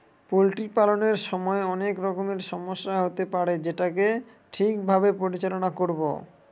poultry পালনের সময় অনেক রকমের সমস্যা হতে পারে যেটাকে ঠিক ভাবে পরিচালনা করবো